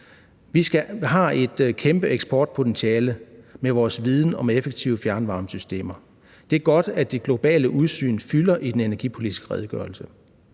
Vi har et kæmpe eksportpotentiale med vores viden om effektive fjernvarmesystemer. Det er godt, at det globale udsyn fylder i den energipolitiske redegørelse.